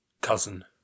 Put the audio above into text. cousin